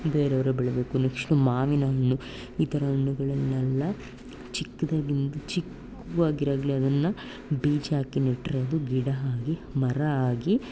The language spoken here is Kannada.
ಬೇರೆಯವರೇ ಬೆಳಿಬೇಕು ನೆಕ್ಸ್ಟು ಮಾವಿನಹಣ್ಣು ಈ ಥರ ಹಣ್ಣುಗಳನ್ನೆಲ್ಲ ಚಿಕ್ಕದಾಗಿ ಚಿಕ್ಕವಾಗಿರೋಗ್ಲೆ ಅದನ್ನು ಬೀಜ ಹಾಕಿ ನೆಟ್ಟರೆ ಅದು ಗಿಡ ಆಗಿ ಮರ ಆಗಿ